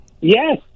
Yes